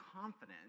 confidence